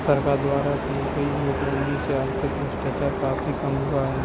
सरकार द्वारा की गई नोटबंदी से आर्थिक भ्रष्टाचार काफी कम हुआ है